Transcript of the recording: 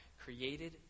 created